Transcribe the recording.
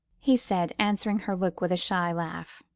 he said, answering her look with a shy laugh.